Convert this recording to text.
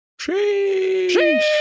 Sheesh